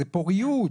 זה פוריות,